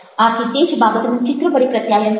આથી તે જ બાબતનું ચિત્ર વડે પ્રત્યાયન કરો